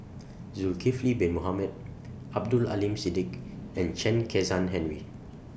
Nulkifli Bin Mohamed Abdul Aleem Siddique and Chen Kezhan Henri